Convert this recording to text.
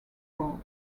all